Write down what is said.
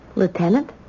Lieutenant